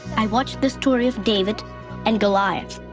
i watched the story of david and goliath.